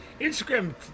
Instagram